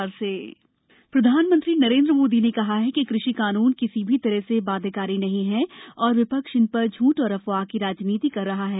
प्रधानमंत्री लोकसभा प्रधानमंत्री नरेन्द्र मोदी ने कहा कि कृषि कानून किसी भी तरह से बाध्यकारी नहीं है और विपक्ष इन पर झूठ और अफवाह की राजनीति कर रहा है